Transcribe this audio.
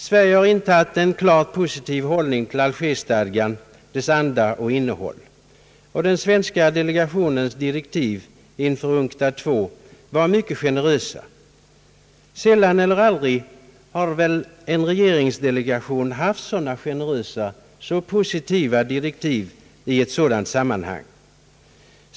Sverige har intagit en klart positiv hållning till Algerstadgan, dess anda och innehåll. Den svenska delegationens direktiv inför UNCTAD II var mycket generösa. Sällan eller aldrig har väl en regeringsdelegation haft så generösa, så positiva direktiv i ett sådant sammanhang.